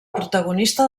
protagonista